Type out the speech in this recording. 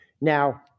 Now